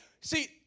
see